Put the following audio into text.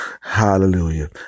Hallelujah